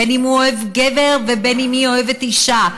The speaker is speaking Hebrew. בין אם הוא אוהב גבר ובין אם היא אוהבת אישה,